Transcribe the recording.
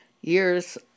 years